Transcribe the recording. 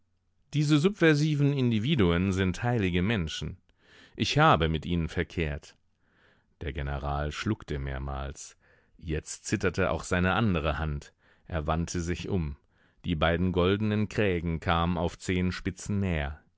diese subversiven individuen sind heilige menschen ich habe mit ihnen verkehrt der general schluckte mehrmals jetzt zitterte auch seine andere hand er wandte sich um die beiden goldenen krägen kamen auf zehenspitzen näher